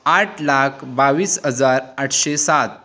आठ लाख बावीस अजार आठशे सात